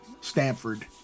Stanford